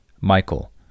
Michael